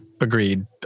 agreed